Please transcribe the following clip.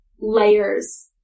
layers